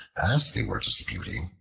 as they were disputing,